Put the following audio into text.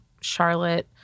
Charlotte